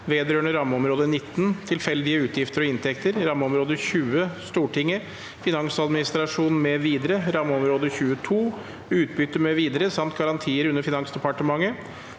vedrørende rammeområde 19 Tilfeldige utgifter og inntekter, rammeområde 20 Stortin- get, finansadministrasjon mv., rammeområde 22 Utbytte mv., samt garantier under Finansdepartementet,